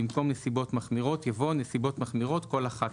במקום "נסיבות מחמירות" יבוא "נסיבות מחמירות כל אחת